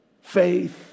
Faith